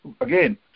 again